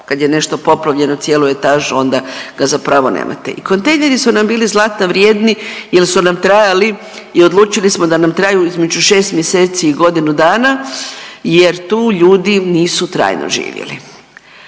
kad je nešto poplavljeno cijelu etažu onda ga zapravo nemate. I kontejneri su nam bili zlata vrijedi jel su nam trajali i odlučili smo da nam traju između šest mjeseci i godinu dana jer tu ljudi nisu trajno živjeli.